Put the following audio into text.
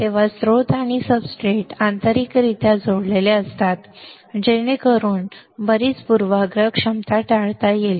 तेव्हा स्त्रोत आणि सबस्ट्रेट्स आंतरिकरित्या जोडलेले असतात जेणेकरून बरीच पूर्वाग्रह क्षमता टाळता येईल